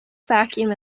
vacuum